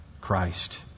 Christ